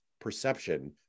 perception